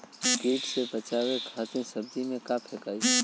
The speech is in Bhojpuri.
कीट से बचावे खातिन सब्जी में का फेकाई?